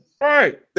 Right